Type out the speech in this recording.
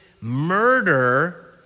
murder